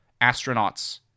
astronauts